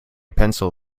pencil